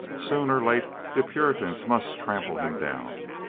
soon or late the puritans must trample him down.